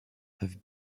have